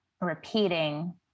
repeating